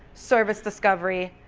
service discovery,